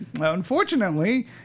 Unfortunately